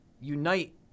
unite